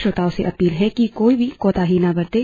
श्रोताओं से अपील है कि कोई भी कोताही न बरतें